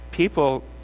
People